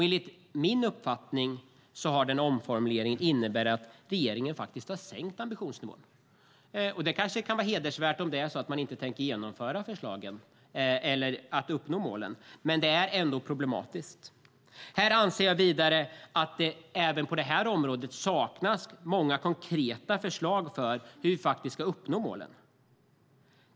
Enligt min uppfattning innebär den omformuleringen att regeringen faktiskt har sänkt ambitionsnivån. Det kanske kan vara hedervärt om man inte tänker uppnå målen, men det är ändå problematiskt. Jag anser att det även på det här området saknas många konkreta förslag när det gäller hur vi faktiskt ska uppnå målen.